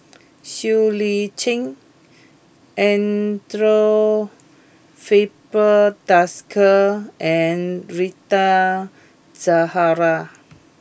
Siow Lee Chin Andre Filipe Desker and Rita Zahara